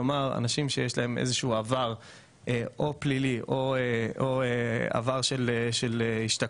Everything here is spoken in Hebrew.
כלומר אנשים עם איזשהו עבר פלילי או עבר של השתקעות.